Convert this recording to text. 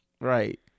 right